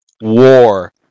war